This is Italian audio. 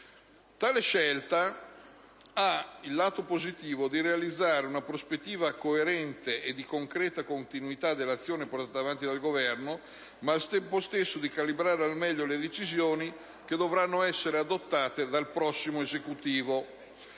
Tale scelta ha il lato positivo di realizzare una prospettiva coerente e di concreta continuità dell'azione portata avanti dal Governo e, al tempo stesso, di calibrare al meglio le decisioni che dovranno essere adottate dal prossimo Esecutivo.